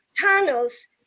tunnels